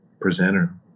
presenter